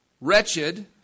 wretched